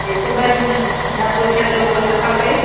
हिकु ॿ ॾींहं न पोइ छॾियो उहो न खपे